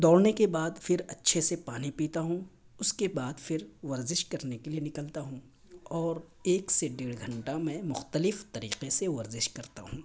دوڑنے کے بعد پھر اچھے سے پانی پیتا ہوں اس کے بعد پھر ورزش کرنے کے لیے نکلتا ہوں اور ایک سے ڈیڑھ گھنٹہ میں مختلف طریقے سے ورزش کرتا ہوں